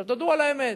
עכשיו, תודו על האמת: